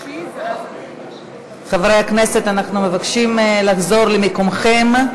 חברי הכנסת, אנחנו מבקשים שתחזרו למקומותיכם.